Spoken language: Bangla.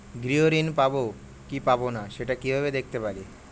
গৃহ ঋণ পাবো কি পাবো না সেটা কিভাবে দেখতে পারি?